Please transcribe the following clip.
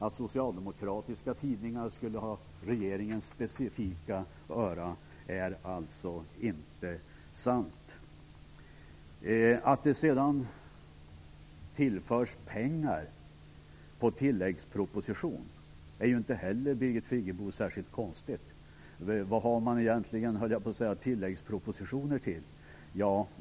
Att socialdemokratiska tidningar specifikt skulle ha regeringens öra är alltså inte sant. Att det tillförs pengar i en tilläggspropoposition är inte heller särskilt konstigt, Birgit Friggebo. Vad har man egentligen tilläggspropositioner till?